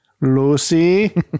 Lucy